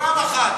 פעם אחת.